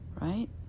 right